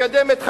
מקדם את 531,